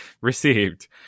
received